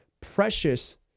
precious